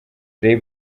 jay